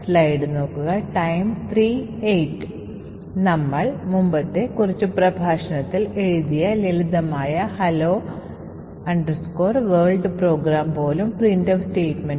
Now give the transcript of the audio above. അതിനാൽ ചില കംപൈലറുകളിൽ കാനറികൾ സാഭാവികമായി പ്രാപ്തമാക്കുമ്പോൾ മറ്റ് കംപൈലറൂകളിൽ നിങ്ങൾക്ക് ഒരു വ്യക്തമായ കംപൈലേഷൻ ഫ്ലാഗ് നൽകേണ്ടിവരും